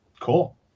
Cool